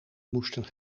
moesten